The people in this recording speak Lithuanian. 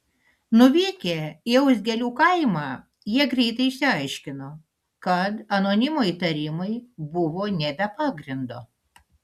nuvykę į augzelių kaimą jie greitai išsiaiškino kad anonimo įtarimai buvo ne be pagrindo